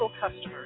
customers